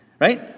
Right